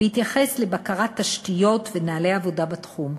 בהתייחס לבקרת תשתיות ולנוהלי עבודה בתחום.